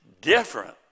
different